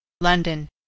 London